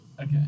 Okay